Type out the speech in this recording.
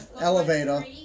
elevator